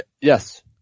yes